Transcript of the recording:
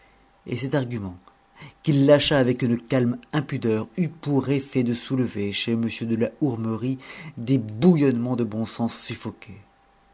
et cet argument qu'il lâcha avec une calme impudeur eut pour effet de soulever chez m de la hourmerie des bouillonnements de bon sens